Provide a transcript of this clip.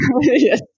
Yes